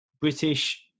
British